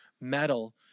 metal